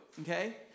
okay